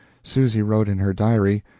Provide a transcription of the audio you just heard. susy wrote in her diary,